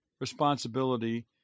responsibility